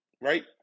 right